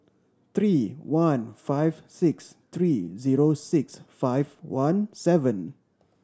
three one five six three zero six five one seven